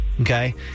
Okay